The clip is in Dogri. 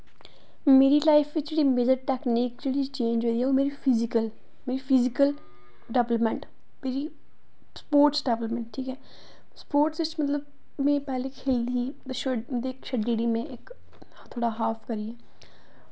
मेरी लाईफ च ते मेरी टैकनीक च चेंज़ आई ऐ फिजिकल एह् फिजिकल डेवेल्पमेंट स्पोटर्स डेवेल्पमेंट ठीक ऐ स्पोटर्स च मतलब में पैह्लें खेल्लदी ही ते छड्डी ओड़ी में इक्क हॉफ आह्ली